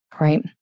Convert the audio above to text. right